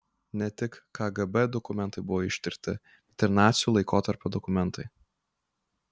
ne tik kgb dokumentai buvo ištirti bet ir nacių laikotarpio dokumentai